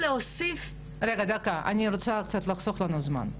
אני רוצה קצת לחסוך לנו זמן.